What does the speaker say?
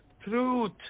truth